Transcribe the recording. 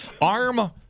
Arm